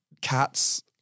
cats